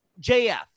JF